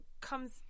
comes